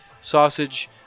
Sausage